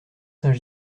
saint